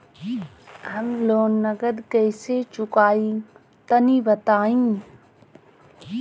हम लोन नगद कइसे चूकाई तनि बताईं?